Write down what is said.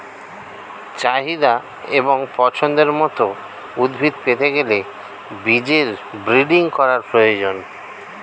চাহিদা এবং পছন্দের মত উদ্ভিদ পেতে গেলে বীজের ব্রিডিং করার প্রয়োজন